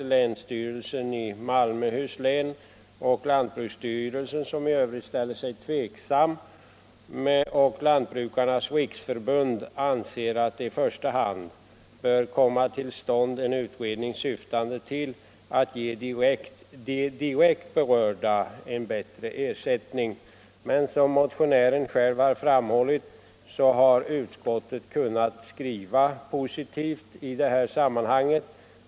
Länsstyrelsen i Malmöhus län och lantbruksstyrelsen — som i övrigt ställer sig tveksam — samt Lantbrukarnas riksförbund anser att det i första hand bör komma till stånd en utredning syftande till att ge de direkt berörda en bättre ersättning. Som motionären själv framhållit har utskottet emellertid kunnat skriva positivt i detta sammanhang.